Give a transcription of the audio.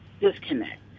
disconnect